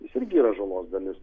jis irgi yra žalos dalis